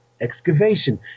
excavation